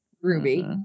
Ruby